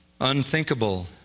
unthinkable